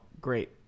great